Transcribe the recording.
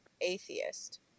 atheist